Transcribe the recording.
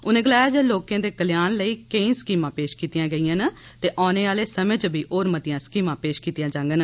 उने गलाया जे लोकें दे कल्याण लेई केंई स्कीमां पेश कीतियां गेईयां न ते औने आहले समें च बी होर मतियां स्कीमां पेश कीतियां जांडन